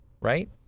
right